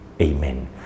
Amen